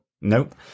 Nope